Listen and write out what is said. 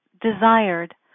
desired